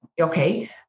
okay